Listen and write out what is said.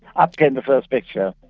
ah up came the first picture.